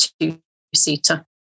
two-seater